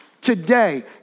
today